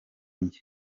jye